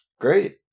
Great